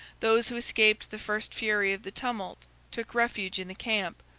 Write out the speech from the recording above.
those who escaped the first fury of the tumult took refuge in the camp,